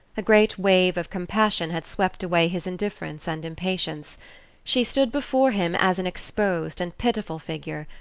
a great wave of compassion had swept away his indifference and impatience she stood before him as an exposed and pitiful figure,